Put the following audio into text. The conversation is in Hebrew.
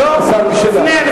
כשהיית שר